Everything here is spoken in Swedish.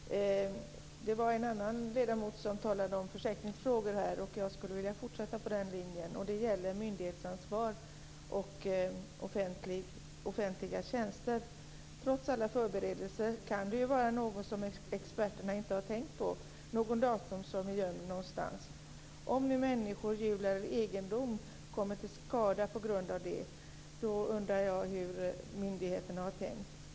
Fru talman! Det var en annan ledamot som talade om försäkringsfrågor, och jag skulle vilja fortsätta på den linjen. Det gäller myndighetsansvar och offentliga tjänster. Trots alla förberedelser kan det ju finnas någonting som experterna inte har tänkt på, t.ex. någon dator som är gömd någonstans. Om nu människor, djur eller egendom kommer till skada på grund av detta undrar jag hur myndigheterna har tänkt.